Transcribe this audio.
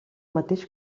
mateix